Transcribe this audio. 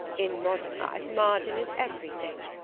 in modern life margin is everything.